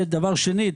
דבר שני,